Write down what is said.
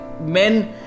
men